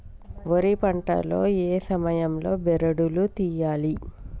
వరి పంట లో ఏ సమయం లో బెరడు లు తియ్యాలి?